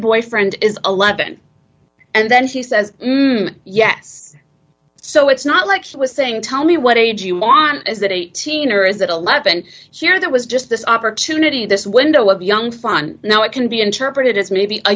boyfriend is eleven and then he says yes so it's not like he was saying tell me what age you want is that eighteen or is it eleven here there was just this opportunity this window of young fun now it can be interpreted as maybe a